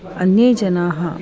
अन्ये जनाः